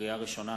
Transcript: לקריאה ראשונה,